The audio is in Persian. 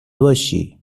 باشی